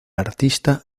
artista